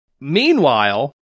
Meanwhile